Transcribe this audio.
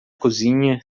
cozinha